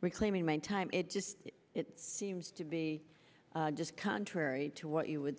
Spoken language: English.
reclaiming my time it just it seems to be just contrary to what you would